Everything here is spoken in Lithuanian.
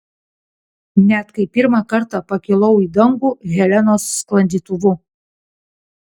net kai pirmą kartą pakilau į dangų helenos sklandytuvu